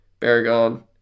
Baragon